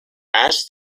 ashe